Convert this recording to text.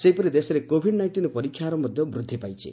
ସେହିପରି ଦେଶରେ କୋଭିଡ୍ ନାଇକ୍ଷିନ ପରୀକ୍ଷା ହାର ମଧ୍ୟ ବୃଦ୍ଧି ପାଇଛି